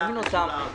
נזמין אותם,